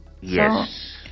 Yes